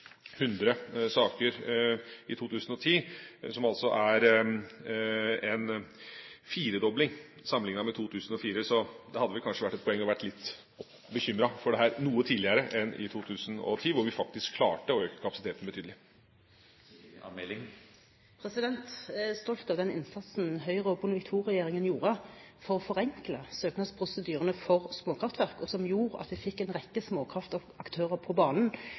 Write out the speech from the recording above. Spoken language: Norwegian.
er en firedobling sammenliknet med 2004. Så det hadde vel kanskje vært et poeng å være litt bekymret for dette noe tidligere enn i 2010, da vi faktisk klarte å øke kapasiteten betydelig. Jeg er stolt av den innsatsen Høyre og Bondevik II-regjeringen gjorde for å forenkle søknadsprosedyrene for småkraftverk, og som gjorde at vi fikk en rekke småkraftaktører på banen